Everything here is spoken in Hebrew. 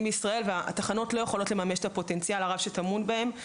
בישראל והתחנות לא יכולות לממש את הפוטנציאל הרב שטמון בהן.